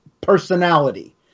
personality